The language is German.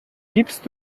gibst